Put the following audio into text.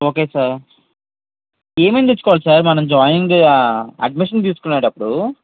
okay sir ఏమేం తెచ్చుకోవాలి sir మన జాయినింగ్ డే అడ్మిషన్ తీసుకునేటప్పుడు